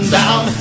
down